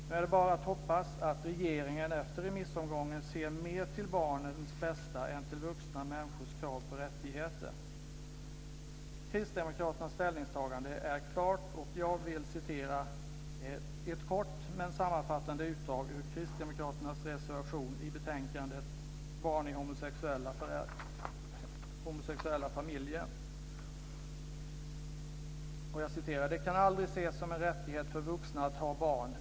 Nu är det bara att hoppas att regeringen efter remissomgången mer ser till barnens bästa än till vuxna människors krav på rättigheter. Kristdemokraternas ställningstagande är klart, och jag vill återge ett kort men sammanfattande utdrag ur Kristdemokraternas reservation i betänkandet Barn i homosexuella familjer: Det kan aldrig ses som en rättighet för vuxna att ha barn.